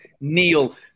Neil